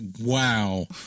wow